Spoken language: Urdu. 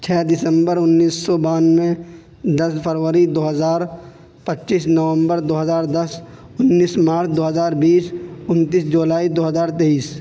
چھ دسمبر انیس سو بانوے دس فروری دو ہزار پچیس نومبر دو ہزار دس انیس مارچ دو ہزار بیس انتیس جولائی دو ہزار تیئیس